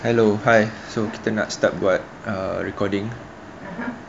hello hi so kita nak start buat err recording